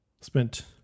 Spent